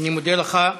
אני מודה לך.